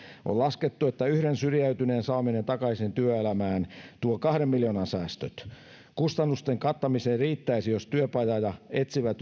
on laskettu että yhden syrjäytyneen saaminen takaisin työelämään tuo kahden miljoonan säästöt kustannusten kattamiseen riittäisi jos työpaja ja etsivän